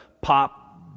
pop